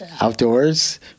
outdoors